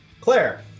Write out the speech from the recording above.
Claire